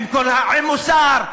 עם מוסר.